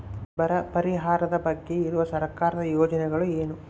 ಬರ ಪರಿಹಾರದ ಬಗ್ಗೆ ಇರುವ ಸರ್ಕಾರದ ಯೋಜನೆಗಳು ಏನು?